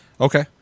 Okay